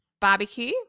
Barbecue